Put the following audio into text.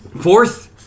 Fourth